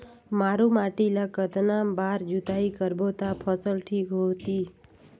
मारू माटी ला कतना बार जुताई करबो ता फसल ठीक होती?